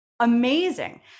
Amazing